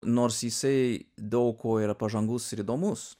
nors jisai daug kuo yra pažangus ir įdomus